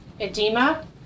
edema